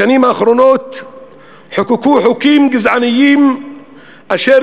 בשנים האחרונות חוקקו חוקים גזעניים אשר